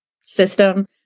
system